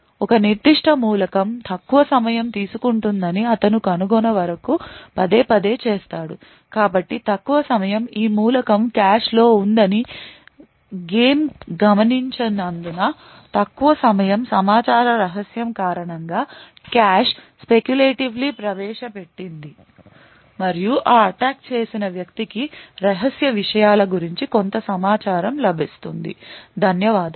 ఒక నిర్దిష్ట మూలకం తక్కువ సమయం తీసుకుంటుందని అతను కనుగొను వరకు పదే పదే చేస్తాడు కాబట్టి తక్కువ సమయం ఈ మూలకం కాష్లో ఉందని గేమ్ గమనించినందున తక్కువ సమయం సమాచార రహస్యం కారణంగా కాష్ స్పెకులేటివ్లీ ప్రవేశ పెట్టింది మరియు అటాక్ చేసిన వ్యక్తికి రహస్య విషయాల గురించి కొంత సమాచారం లభిస్తుంది ధన్యవాదాలు